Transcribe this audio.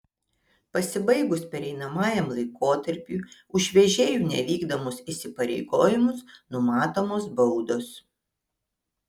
pasibaigus pereinamajam laikotarpiui už vežėjų nevykdomus įsipareigojimus numatomos baudos